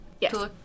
Yes